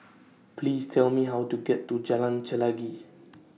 Please Tell Me How to get to Jalan Chelagi